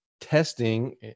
testing